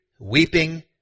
weeping